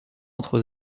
entre